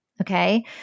Okay